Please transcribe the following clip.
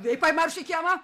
vipai marš į kiemą